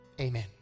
Amen